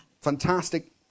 Fantastic